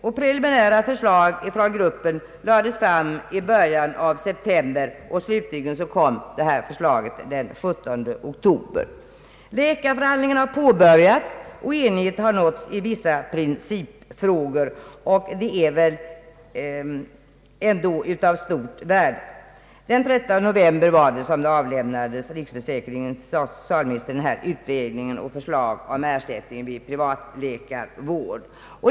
Preliminära förslag från gruppen fördes fram i början av september. Slutligen kom detta förslag den 17 oktober. Läkarförhandlingarna har påbörjats, och enighet har nåtts i vissa principfrågor, och detta är av stort värde. Det var den 13 november som riksförsäkringsverket till socialministern Ööverlämnade utredningen och förslaget om ersättning vid privatläkarvård.